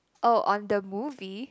oh on the movie